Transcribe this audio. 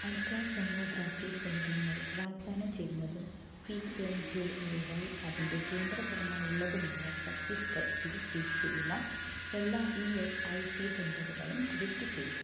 ultrasonography സേവനങ്ങൾ വാഗ്ദാനം ചെയ്യുന്നതും P M J A Y അതിൻ്റെ കേന്ദ്ര തരമായി ഉള്ളതുമായ ഛത്തീസ്ഗഡ്ൽ സ്ഥിതി ചെയ്യുന്ന എല്ലാ ഇ എസ് ഐ സി സെൻ്ററുകൾ ലിസ്റ്റുചെയ്യുക